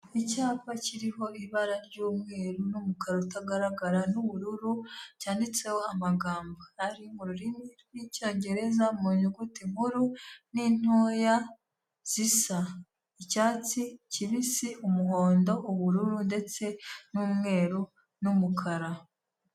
Icyapa kiriho ibara ry'umweru n'umukara utagaragara n'ubururu, cyanditseho amagambo ari mu rurimi rw'Icyongereza mu nyuguti nkuru n'intoya, zisa icyatsi kibisi, umuhondo, ubururu ndetse n'umweru, n'umukara.